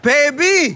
Baby